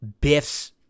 Biff's